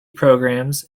programs